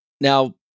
now